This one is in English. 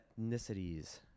ethnicities